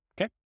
okay